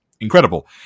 incredible